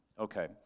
Okay